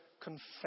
confess